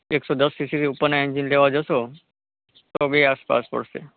એકસો દસ સીસીથી ઉપરનાં એન્જિન લેવા જશો તો બે આસપાસ પડશે